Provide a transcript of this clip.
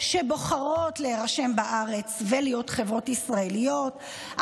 שבוחרות להירשם בארץ ולהיות חברות ישראליות.